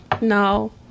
No